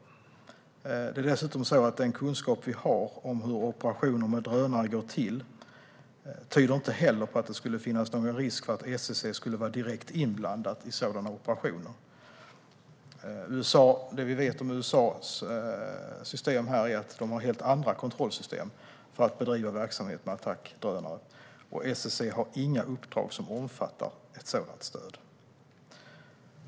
Det är dessutom så att den kunskap vi har om hur operationer med drönare går till inte heller tyder på att det skulle finnas någon risk att SSC skulle vara direkt inblandat i sådana operationer. Det vi vet är att USA har helt andra kontrollsystem för att bedriva verksamhet med attackdrönare, och SSC har inga uppdrag som omfattar ett sådant stöd.